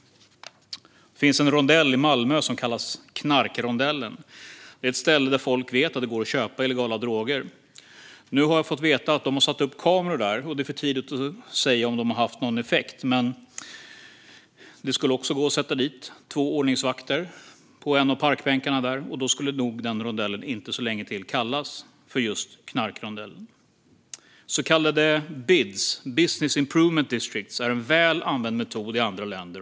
Det finns en rondell i Malmö som kallas knarkrondellen. Det är ett ställe där folk vet att det går att köpa illegala droger. Nu har jag fått veta att de har satt upp kameror där. Det är för tidigt att säga om de haft någon effekt. Men det skulle också gå att sätta dit två ordningsvakter på en av parkbänkarna där. Då skulle den rondellen nog inte så länge till kallas för just knarkrondellen. Så kallade BID:s, business improvement districts, är en väl använd metod i andra länder.